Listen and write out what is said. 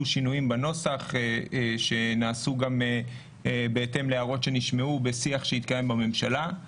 שינויים בנוסח שנעשו גם בהתאם להערות שנשמעו בשיח שהתקיים בממשלה.